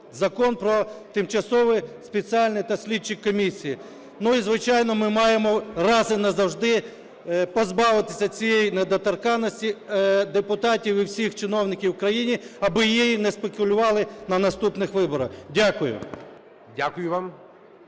Закон про тимчасові спеціальні та слідчі комісії. Ну і, звичайно, ми маємо раз і назавжди позбавитися цієї недоторканності депутатів і всіх чиновників в країні аби нею не спекулювали на наступних виборах. Дякую. ГОЛОВУЮЧИЙ.